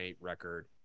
record